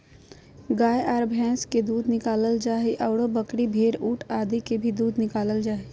गाय आर भैंस के दूध निकालल जा हई, आरो बकरी, भेड़, ऊंट आदि के भी दूध निकालल जा हई